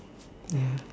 ya